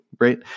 right